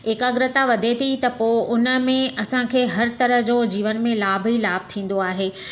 एकाग्रता वधे थी त पोइ उनमें असांखे हर तरह जो जीवन में लाभ ई लाभु थींदो आहे